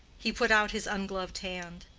he put out his ungloved hand.